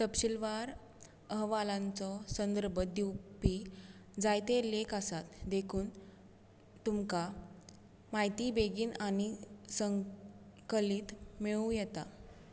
तपशीलवार अहवालांचो संदर्भ दिवपी जायते लेख आसात देखून तुमकां म्हायती बेगीन आनी संकलीत मेळूं येता